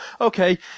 okay